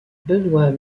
benoît